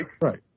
Right